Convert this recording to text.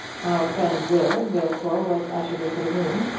our friend will, therefore, was ushered into the room,